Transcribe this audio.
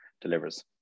delivers